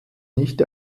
nicht